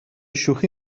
شوخی